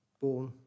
born